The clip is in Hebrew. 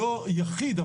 לא יחיד,